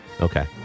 Okay